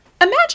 imagine